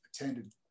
attended